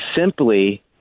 simply